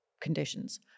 conditions